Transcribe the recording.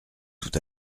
tout